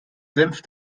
senf